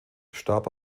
starb